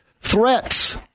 threats